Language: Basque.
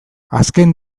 azken